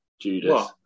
Judas